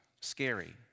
scary